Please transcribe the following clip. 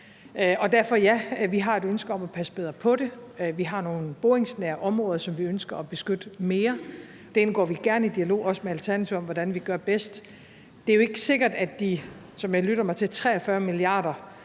derfor har vi et ønske om at passe bedre på det. Vi har nogle boringsnære områder, som vi ønsker at beskytte mere. Det indgår vi gerne i dialog, også med Alternativet, om hvordan vi gør bedst. Det er jo ikke sikkert, at de 43 mia.